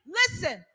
listen